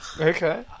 Okay